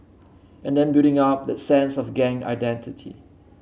and then building up that sense of gang identity